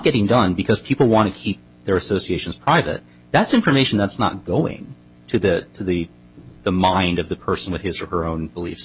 getting done because people want to keep their associations private that's information that's not going to the to the the mind of the person with his or her own beliefs